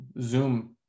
Zoom